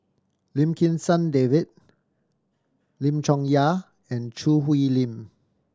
Lim Kim San David Lim Chong Yah and Choo Hwee Lim